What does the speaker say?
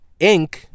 Inc